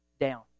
down